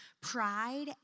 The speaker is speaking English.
pride